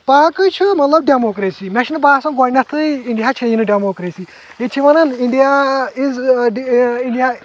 باقٕے مطلب ڈیموکریسی مےٚ چھنہٕ باسان گۄڈٕنٮ۪تھٕے انڈیا چھیی نہٕ ڈیموکریسی ییٚتہِ چھِ ونان انڈیا اِز ڈی انڈیا